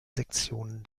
sektionen